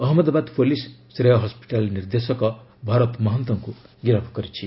Ahmedabad police Shrey hospital ନିର୍ଦ୍ଦେଶକ ଭରତ ମହନ୍ତଙ୍କୁ ଗିରଫ କରିଛି